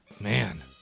Man